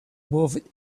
moved